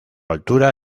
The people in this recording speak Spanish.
altura